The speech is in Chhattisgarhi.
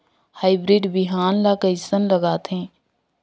हाईब्रिड बिहान ला कइसन लगाथे?